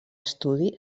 estudi